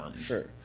Sure